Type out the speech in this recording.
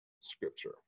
scripture